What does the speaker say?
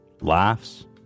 laughs